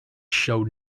showed